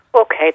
Okay